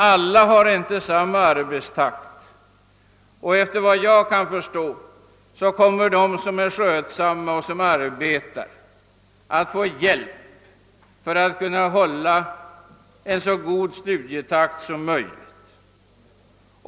Alla har vi inte samma arbetstakt, och efter vad jag kan förstå kommer de som är skötsamma och som arbetar att få hjälp för att kunna hålla en så god studietakt som möjligt.